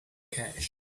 cash